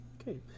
okay